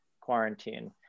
quarantine